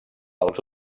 els